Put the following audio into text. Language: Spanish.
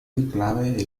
enclave